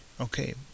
Okay